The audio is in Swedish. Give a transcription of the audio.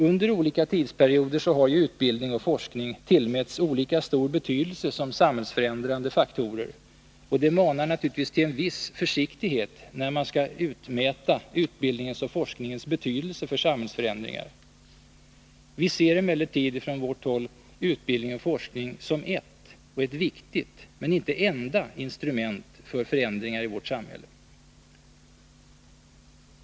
Under olika tidsperioder har utbildning och forskning tillmätts olika stor betydelse som samhällsförändrande faktorer. Det manar naturligtvis till en viss försiktighet när man skall utmäta utbildningens och forskningens betydelse för samhällsförändringar. Från vårt håll ser vi emellertid utbildning och forskning som ett instrument — och ett viktigt sådant, men inte det enda instrumentet för förändringar i vårt samhälle.